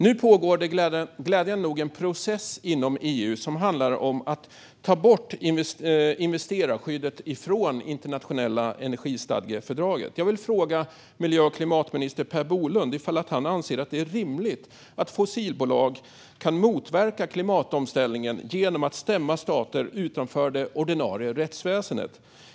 Nu pågår glädjande nog en process inom EU för att ta bort investerarskyddet från det internationella energistadgefördraget. Jag vill fråga miljö och klimatminister Per Bolund om han anser att det är rimligt att fossilbolag kan motverka klimatomställningen genom att stämma stater utanför det ordinarie rättsväsendet.